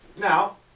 Now